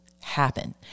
happen